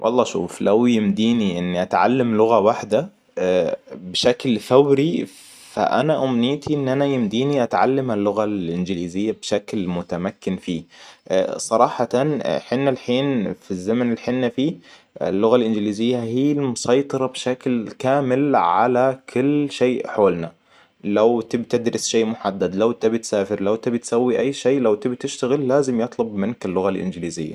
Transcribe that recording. والله شوف لو يمديني اني اتعلم لغة واحدة بشكل فوري فانا امنيتي ان انا يمديني اتعلم اللغة الانجليزية بشكل متمكن فيه. صراحة حنا الحين في الزمن الحنة فيه اللغة الإنجليزية هي المسيطرة بشكل كامل على كل شيء حولنا. لو تبي تدرس شيء محدد لو تبي تسافر لو تبي تسوي اي شيء لو تبي تشتغل لازم يطلب منك اللغة الإنجليزية